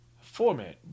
format